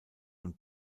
und